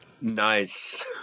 nice